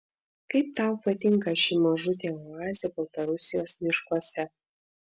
kaip tau patinka ši mažutė oazė baltarusijos miškuose